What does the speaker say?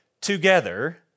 together